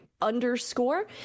underscore